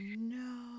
no